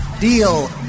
deal